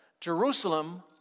Jerusalem